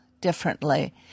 differently